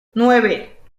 nueve